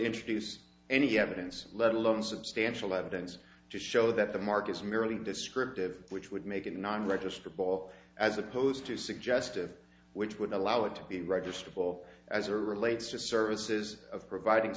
introduce any evidence let alone substantial evidence to show that the mark is merely descriptive which would make it a non registered ball as opposed to suggestive which would allow it to be registered well as a relates to services of providing